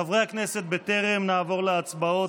חברי הכנסת, בטרם נעבור להצבעות,